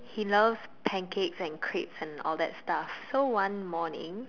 he loves pancakes and crepes and all that stuff so one morning